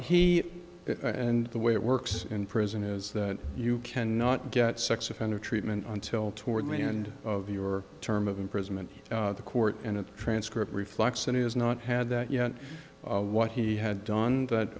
he and the way it works in prison is that you cannot get sex offender treatment until toward me and of your term of imprisonment the court in a transcript reflects that he has not had that yet what he had done that